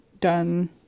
done